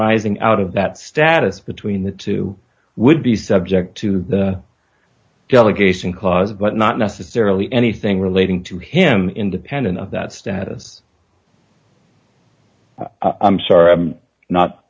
arising out of that status between the two would be subject to the delegation clause but not necessarily anything relating to him independent of that status i'm sorry i'm not